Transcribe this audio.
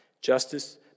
Justice